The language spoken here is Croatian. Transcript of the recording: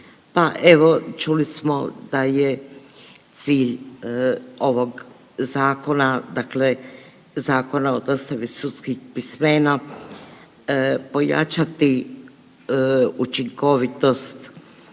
Pa evo čuli smo da je cilj ovog zakona, dakle Zakona o dostavi sudskih pismena pojačati učinkovitost